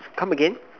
come again